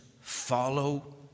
Follow